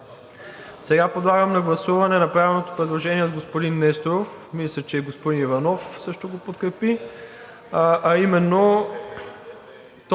Сега подлагам на гласуване направеното предложение от господин Несторов, мисля, че и господин Иванов също го подкрепи, а именно: